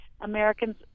Americans